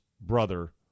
brother